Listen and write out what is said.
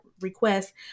requests